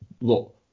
Look